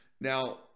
Now